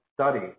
study